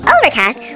Overcast